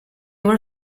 were